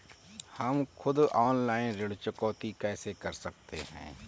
हम खुद ऑनलाइन ऋण चुकौती कैसे कर सकते हैं?